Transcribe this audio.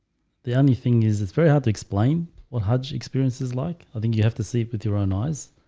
the only thing is it's very hard to explain what hajj experiences like, i think you have to see it with your own eyes